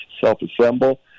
self-assemble